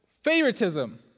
favoritism